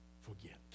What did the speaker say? forget